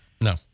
No